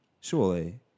Surely